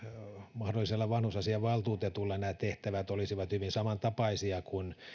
mahdollisella vanhusasiavaltuutetulla nämä tehtävät olisivat hyvin samantapaisia kuin mitä